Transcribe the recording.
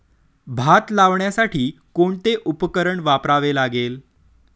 भात लावण्यासाठी कोणते उपकरण वापरावे लागेल?